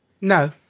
No